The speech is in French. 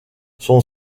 son